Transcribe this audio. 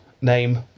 name